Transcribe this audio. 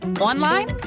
Online